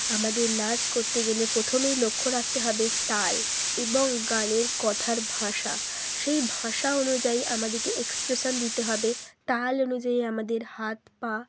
আমাদের নাচ করতে গেলে প্রথমেই লক্ষ্য রাখতে হবে তাল এবং গানের কথার ভাষা সেই ভাষা অনুযায়ী আমাদেরকে এক্সপ্রেশান দিতে হবে তাল অনুযায়ী আমাদের হাত পা